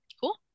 cool